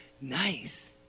Nice